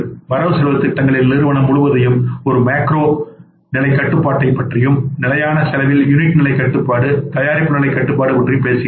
வரவு செலவுத் திட்டங்களில் நிறுவனம் முழுவதையும் ஒரு மேக்ரோ நிலை கட்டுப்பாட்டைப் பற்றியும் நிலையான செலவில் யூனிட் நிலை கட்டுப்பாடு தயாரிப்பு நிலை கட்டுப்பாடு பற்றியும் பேசுகிறோம்